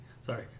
Sorry